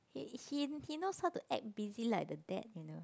he he he knows how to act busy like the dad you know